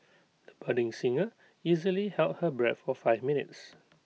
the budding singer easily held her breath for five minutes